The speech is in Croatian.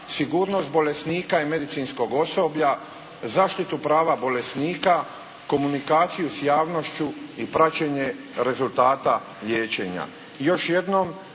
sigurnost bolesnika i medicinskog osoblja, zaštitu prava bolesnika, komunikaciju s javnošću i praćenje rezultata liječenja.